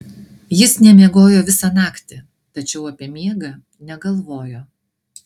jis nemiegojo visą naktį tačiau apie miegą negalvojo